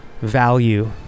value